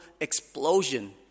explosion